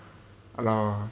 !alah!